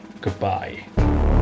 Goodbye